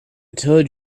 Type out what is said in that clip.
told